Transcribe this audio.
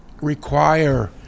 Require